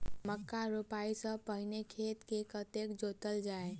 मक्का रोपाइ सँ पहिने खेत केँ कतेक जोतल जाए?